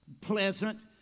pleasant